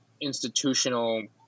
institutional